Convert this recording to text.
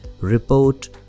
report